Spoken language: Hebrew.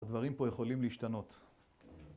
הדברים פה יכולים להשתנות